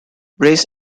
race